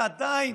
ועדיין